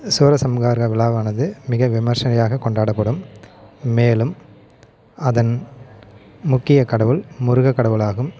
சூரசம்ஹார விழாவானது மிக விமரிசையாக கொண்டாடப்படும் மேலும் அதன் முக்கிய கடவுள் முருகக் கடவுளாகும்